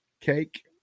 cake